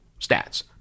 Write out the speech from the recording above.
stats